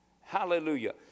Hallelujah